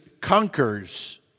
conquers